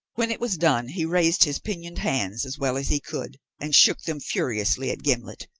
when it was done he raised his pinioned hands, as well as he could, and shook them furiously at gimblet.